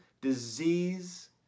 disease